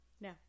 No